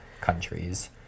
countries